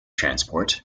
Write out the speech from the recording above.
transport